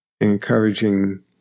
encouraging